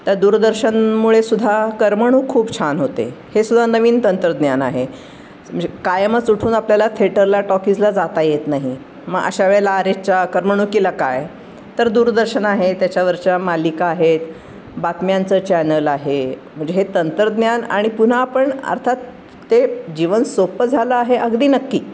त्या दूरदर्शनमुळे सुद्धा करमणूक खूप छान होते हेसुद्धा नवीन तंत्रज्ञान आहे म्हणजे कायमच उठून आपल्याला थेटरला टॉकीजला जाता येत नाही मग अशा वेळेला अरेच्या करमणुकीला काय तर दूरदर्शन आहे त्याच्यावरच्या मालिका आहेत बातम्यांचं चॅनल आहे म्हणजे हे तंत्रज्ञान आणि पुन्हा आपण अर्थात ते जीवन सोपं झालं आहे अगदी नक्की